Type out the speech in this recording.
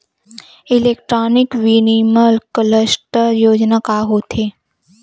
Electronic विनीर्माण cluster योजना का होथे?